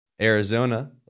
Arizona